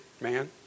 man